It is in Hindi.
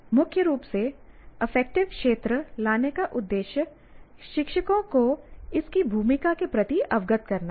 मुख्य रूप से अफेक्टिव क्षेत्र लाने का उद्देश्य शिक्षकों को इसकी भूमिका के प्रति अवगत करना है